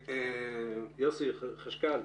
יוסי, חשכ"ל,